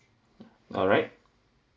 alright